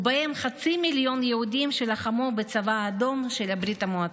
ובהם חצי מיליון יהודים שלחמו בצבא האדום של ברית המועצות.